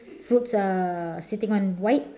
fruits are sitting on white